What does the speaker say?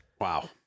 Wow